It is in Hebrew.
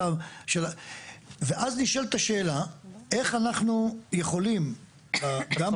ואז נשאלת השאלה איך אנחנו יכולים גם,